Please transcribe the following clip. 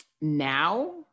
Now